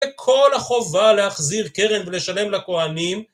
וכל החובה להחזיר קרן ולשלם לכוהנים